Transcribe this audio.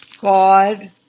God